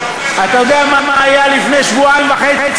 אתה יודע מה היה לפני שבועיים וחצי,